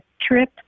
trip